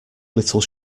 little